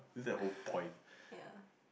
ya